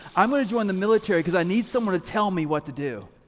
i'm gonna join the military cause i need someone to tell me what to do.